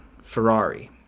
ferrari